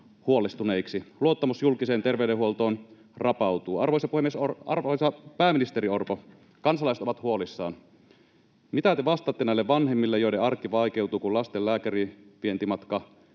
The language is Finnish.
Luottamus julkiseen terveydenhuoltoon rapautuu. Arvoisa pääministeri Orpo, kansalaiset ovat huolissaan. Mitä te vastaatte näille vanhemmille, joiden arki vaikeutuu, kun lasten lääkäriinvientimatka